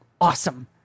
awesome